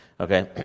okay